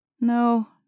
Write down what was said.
No